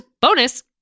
bonus